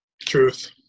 Truth